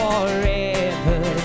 forever